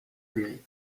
dérive